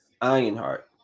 Ironheart